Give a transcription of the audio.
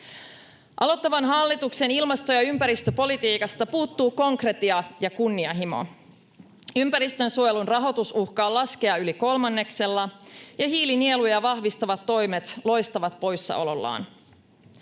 Aloittavan hallituksen ilmasto- ja ympäristöpolitiikasta puuttuu konkretia ja kunnianhimo. Ympäristönsuojelun rahoitus uhkaa laskea yli kolmanneksella, ja hiilinieluja vahvistavat toimet loistavat poissaolollaan.